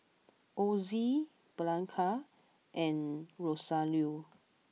Ozie Bianca and Rosario